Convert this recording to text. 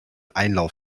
einlauf